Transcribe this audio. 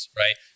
right